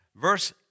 Verse